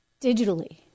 digitally